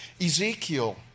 Ezekiel